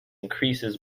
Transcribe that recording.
increases